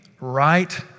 right